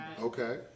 Okay